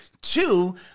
Two